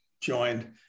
joined